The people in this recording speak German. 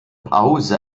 pause